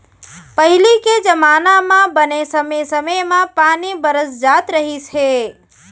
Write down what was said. पहिली के जमाना म बने समे समे म पानी बरस जात रहिस हे